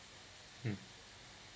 mm